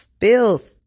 filth